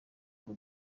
ngo